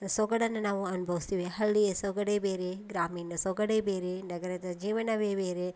ಸೊಗಡನ್ನು ನಾವು ಅನ್ಭವಿಸ್ತೀವಿ ಹಳ್ಳಿಯ ಸೊಗಡೇ ಬೇರೆ ಗ್ರಾಮೀಣ ಸೊಗಡೇ ಬೇರೆ ನಗರದ ಜೀವನವೇ ಬೇರೆ